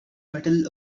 metal